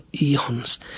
eons